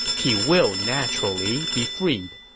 he will naturally be freed.